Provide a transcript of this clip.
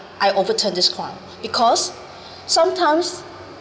I overturned this claim because sometimes